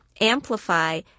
amplify